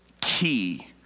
key